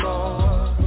Lord